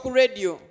radio